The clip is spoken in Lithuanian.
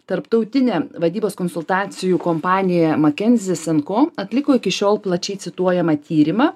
tarptautinė vadybos konsultacijų kompanija makenzis atliko iki šiol plačiai cituojamą tyrimą